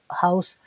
house